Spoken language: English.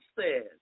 says